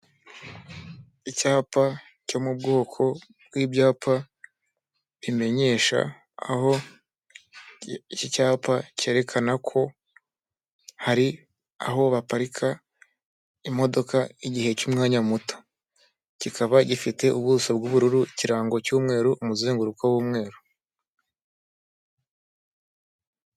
Icyapa cyo mu bwoko bw'ibyapa bimenyesha, aho iki cyapa cyerekana ko hari aho baparika imodoka igihe cy'umwanya muto. Kikaba gifite ubuso bw'ubururu, ikirango cy'umweru, umuzenguruko w'umweru.